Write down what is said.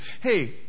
Hey